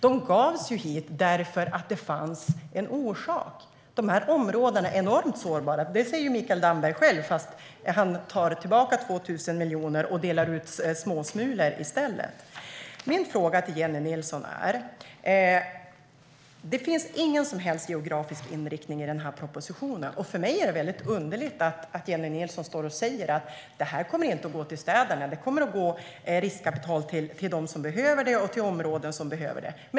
Det fanns en orsak till att de gavs dit. De här områdena är enormt sårbara. Det säger Mikael Damberg själv, fast han tar tillbaka 2 000 miljoner och delar ut småsmulor i stället. Det finns ingen som helst geografisk inriktning i den här propositionen. För mig är det väldigt underligt att Jennie Nilsson står och säger att det här riskkapitalet inte kommer att gå till städerna utan till dem som behöver det och till områden som behöver det.